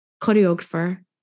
choreographer